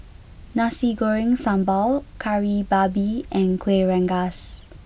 Nasi Goreng Sambal Kari Babi and Kueh Rengas